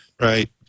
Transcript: right